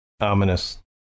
ominous